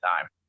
time